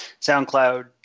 SoundCloud